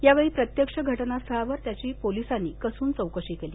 यावेळी प्रत्यक्ष घटना स्थळावर त्याची पोलिसांनी कसून चौकशी केली